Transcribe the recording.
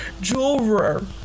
jeweler